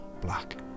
black